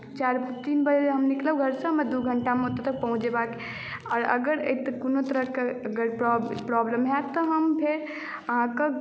तीन बजे हम निकलब घरसँ हमरा दू घण्टामे ओतय तक पहुँच जयबाक छै अगर कोनो एहन तरहके अगर प्रॉब्लम हैत तऽ हम फेर अहाँके